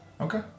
Okay